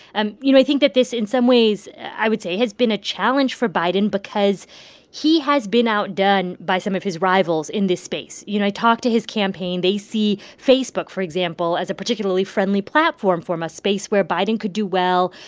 and you know, i think that this in some ways, i would say, has been a challenge for biden because he has been outdone by some of his rivals in this space you know, i talked to his campaign. they see facebook, for example, as a particularly friendly platform for him, a space where biden could do well,